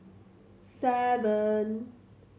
seven